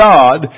God